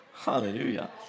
Hallelujah